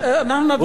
אבל בכל מקרה, נביא